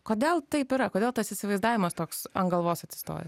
kodėl taip yra kodėl tas įsivaizdavimas toks ant galvos atsistojo